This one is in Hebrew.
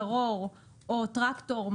גרור או טרקטור,